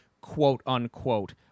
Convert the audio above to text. quote-unquote